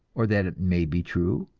or that it may be true,